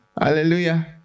Hallelujah